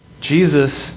Jesus